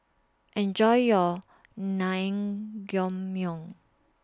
Enjoy your